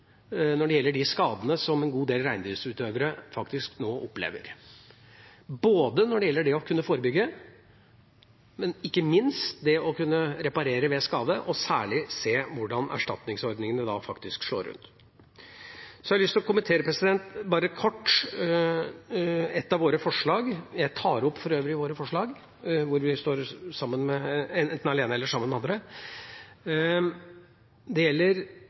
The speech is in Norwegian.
når det gjelder de skadene som en god del reindriftsutøvere nå opplever, både når det gjelder det å kunne forebygge, og, ikke minst, når det gjelder det å kunne reparere ved skade, og at man særlig ser på hvordan erstatningsordningene slår ut. Så har jeg lyst til kort å kommentere ett av våre forslag – jeg tar for øvrig opp våre forslag i sak nr. 6 – og det gjelder forslaget hvor vi ber om en gjennomgang av reindriftsloven, særlig når det gjelder